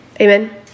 Amen